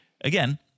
Again